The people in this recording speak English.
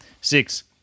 Six